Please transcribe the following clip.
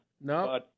No